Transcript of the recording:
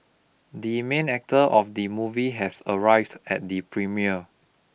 the main actor of the movie has arrived at the premiere